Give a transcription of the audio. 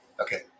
Okay